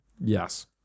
Yes